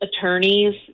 attorneys